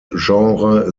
genre